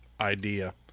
idea